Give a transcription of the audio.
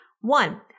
One